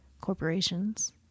corporations